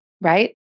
Right